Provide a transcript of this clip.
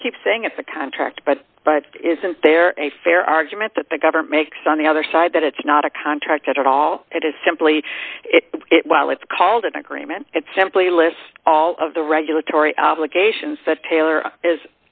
you keep saying at the contract but but isn't there a fair argument that the government takes on the other side that it's not a contract at all it is simply it well it's called an agreement it simply lists all of the regulatory obligations that taylor is